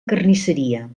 carnisseria